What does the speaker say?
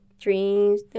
dreams